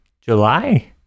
july